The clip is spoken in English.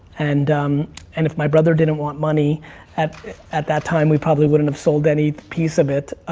and um and if my brother didn't want money at at that time, we probably wouldn't have sold any piece of it.